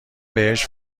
بهش